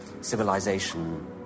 civilization